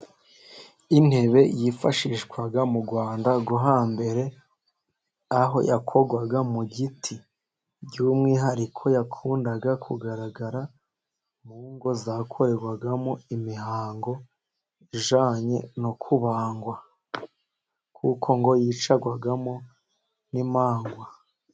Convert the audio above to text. Intebe yifashishwa mu Rwanda rwo hambere, aho yakorwaga mu giti, by'umwihariko yakundaga kugaragara mu ngo, zakorerwagamo imihango ijyanye no kubandwa, kuko ngo yicarwagamo n'imandwa.